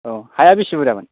अ हाया बिसि बुरजामोन